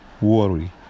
worry